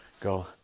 go